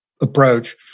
approach